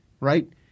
Right